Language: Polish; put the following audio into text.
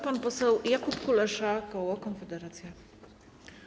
Pan poseł Jakub Kulesza, koło Konfederacja.